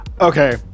Okay